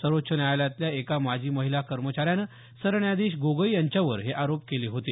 सर्वोच्व न्यायालयातल्या एका माजी महिला कर्मचाऱ्यानं सरन्यायाधीश गोगोई यांच्यावर हे आरोप केले होते